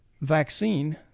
vaccine